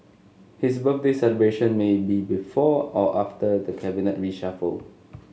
his birthday celebration may be before or after the cabinet reshuffle